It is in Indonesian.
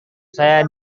saya